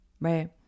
right